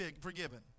forgiven